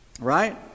Right